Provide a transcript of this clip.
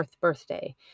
birthday